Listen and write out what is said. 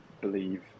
believe